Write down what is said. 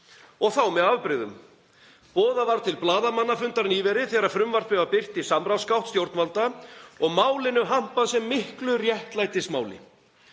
og þá með afbrigðum. Boðað var til blaðamannafundar nýverið þegar frumvarpið var birt í samráðsgátt stjórnvalda og málinu hampað sem miklu réttlætismáli.